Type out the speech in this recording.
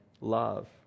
love